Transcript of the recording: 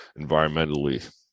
environmentally